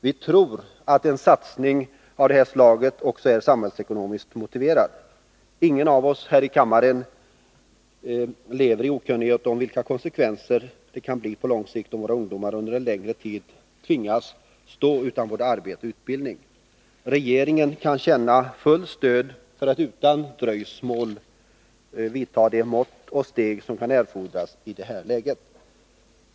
Vi tror att en satsning av det här slaget också är samhällsekonomiskt motiverad. Ingen av oss här i kammaren lever i okunnighet om vilka konsekvenserna kan bli på lång sikt, om våra ungdomar under en längre tid tvingas stå utan både arbete och utbildning. Regeringen kan känna fullt stöd för att utan dröjsmål vidta de mått och steg som kan erfordras i det här läget.